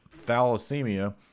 Thalassemia